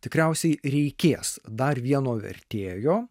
tikriausiai reikės dar vieno vertėjo